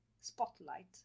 spotlight